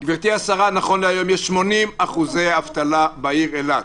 גברתי השרה, נכון להיום יש 80% אבטלה בעיר אילת.